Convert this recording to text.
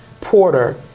Porter